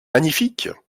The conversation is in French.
magnifique